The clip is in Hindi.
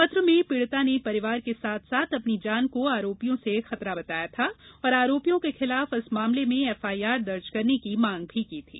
पत्र में पीड़िता ने परिवार के साथ साथ अपनी जान को आरोपियों से खतरा बताया था और आरोपियों के खिलाफ इस मामले में एफआईआर दर्ज करने की मांग की थी